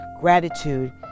gratitude